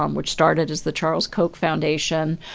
um which started as the charles koch foundation.